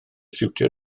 siwtio